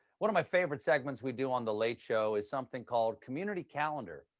one of my favorite segments we do on the late show is something called community calendar,